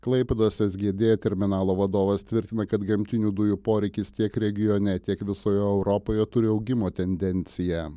klaipėdos sgd terminalo vadovas tvirtina kad gamtinių dujų poreikis tiek regione tiek visoje europoje turi augimo tendenciją